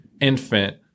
infant